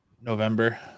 November